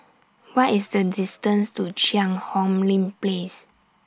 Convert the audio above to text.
What IS The distance to Cheang Hong Lim Place